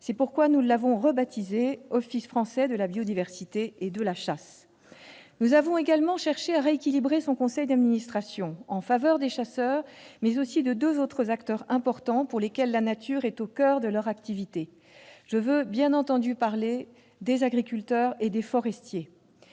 C'est pourquoi nous l'avons rebaptisé « Office français de la biodiversité et de la chasse ». Nous avons également cherché à rééquilibrer son conseil d'administration en faveur des chasseurs, mais aussi de deux autres acteurs importants, dont le coeur de l'activité est lié à la nature. Je veux bien entendu parler des agriculteurs et des forestiers.